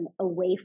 away